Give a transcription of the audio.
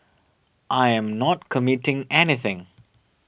I am not committing anything